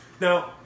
Now